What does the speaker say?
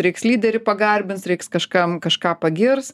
reiks lyderį pagarbins reiks kažkam kažką pagirs